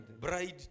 Bride